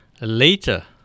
later